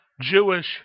Jewish